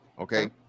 Okay